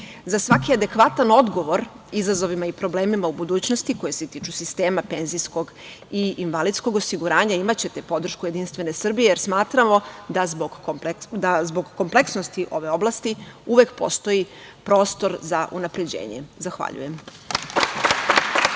svaki adekvatan odgovor izazovima i problemima u budućnosti koje se tiču sistema penzijskog i invalidskog osiguranja imaćete podršku Jedinstvene Srbije, jer smatramo da zbog kompleksnosti ove oblasti uvek postoji prostor za unapređenje. Zahvaljujem.